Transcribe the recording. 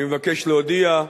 אני מבקש להודיע,